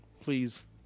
please